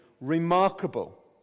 remarkable